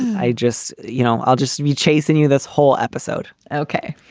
i just, you know, i'll just be chasing you this whole episode. okay.